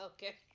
Okay